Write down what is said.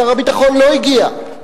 שר הביטחון לא הגיע.